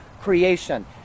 creation